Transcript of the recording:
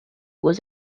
was